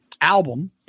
Album